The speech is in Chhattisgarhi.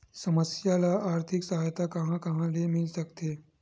समस्या ल आर्थिक सहायता कहां कहा ले मिल सकथे?